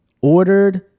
ordered